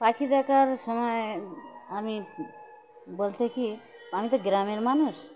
পাখি দেখার সময় আমি বলতে কি আমি তো গ্রামের মানুষ